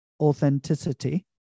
authenticity